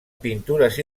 pintures